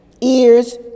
Ears